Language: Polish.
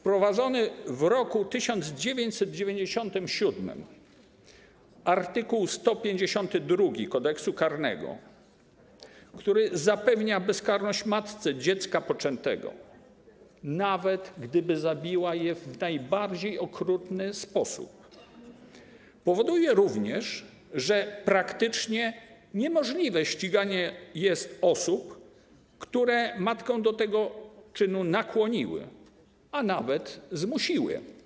Wprowadzony w roku 1997 art. 152 Kodeksu karnego, który zapewnia bezkarność matce dziecka poczętego, nawet gdyby zabiła je w najbardziej okrutny sposób, powoduje również, że praktycznie niemożliwe jest ściganie osób, które matkę do tego czynu nakłoniły, a nawet zmusiły.